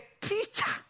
teacher